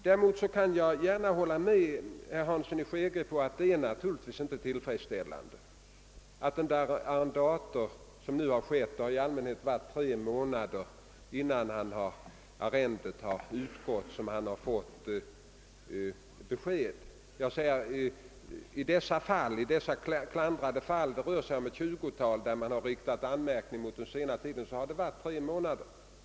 Däremot kan jag gärna hålla med herr Hansson i Skegrie om att det naturligtvis inte är tillfredsställande att det dröjt ända till tre månader före arrendets utgång innan arrendatorn har fått besked. I det 20-tal fall, i vilka man riktat anmärkning mot den sena tiden, har det rört sig om tre månader.